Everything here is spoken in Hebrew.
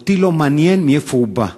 אותי לא מעניין מאיפה הוא בא.